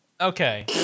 okay